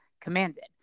commanded